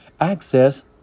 access